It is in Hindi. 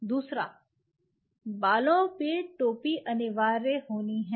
दूसरा बालों की टोपी को अनिवार्य बनाना है